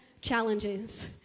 challenges